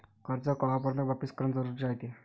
कर्ज कवापर्यंत वापिस करन जरुरी रायते?